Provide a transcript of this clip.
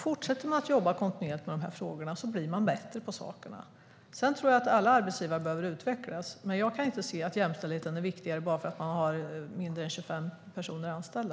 Fortsätter man att jobba kontinuerligt med dessa frågor blir man bättre på det. Jag tror att alla arbetsgivare behöver utvecklas. Jag kan inte se att jämställdheten skulle vara mindre viktig bara för att man har färre än 25 anställda.